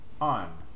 on